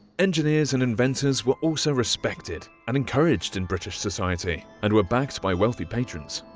engineers and inventors were also respected and encouraged in british society, and were backed by wealthy patrons.